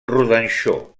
rodanxó